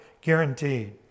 guaranteed